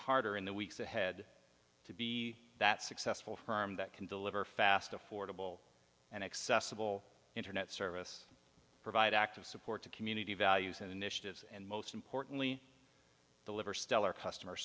harder in the weeks ahead to be that successful firm that can deliver fast affordable and accessible internet service provide active support to community values and initiatives and most importantly deliver stellar customer